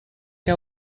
que